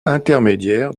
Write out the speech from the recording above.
intermédiaire